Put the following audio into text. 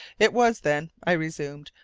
it was then, i resumed,